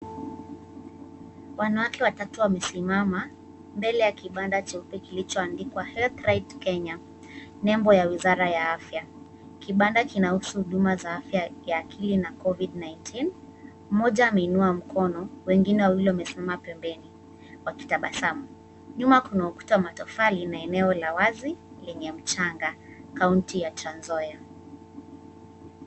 Wanawake watatu wamesimama mbele ya kibada kilichoandikwa HealthThright Kenya nembo ya wizara ya afya .Kibada kinahusu huduma za afya ya akili na Covid 19 .Mmoja ameinuwa mkono wengine wawili wamesimama pembeni wakitabasamu. Nyuma kuna ukuta wa matofali eneo la wazi lenye mchanga kaunti ya Transzoia.